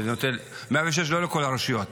106 לא לכל הרשויות.